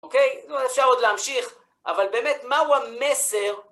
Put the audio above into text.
אוקיי? אפשר עוד להמשיך, אבל באמת, מהו המסר?